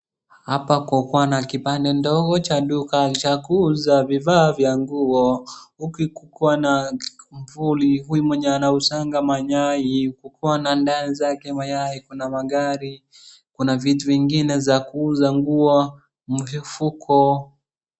Hapa kwako kuna kipande ndogo cha duka cha kuuza vifaa vya nguo. Ukiwa na kivuli, huyu mwenye anauza mayai, kukiwa na ndai zake mayai, kuna magari, kuna vitu vingine za kuuza nguo, mifuko.